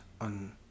on